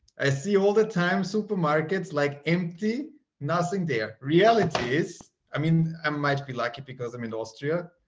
i see all the time supermarkets like empty nothing their reality is i mean, i might be lucky because i'm in austria,